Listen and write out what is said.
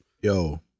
Yo